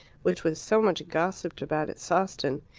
which was so much gossiped about at sawston,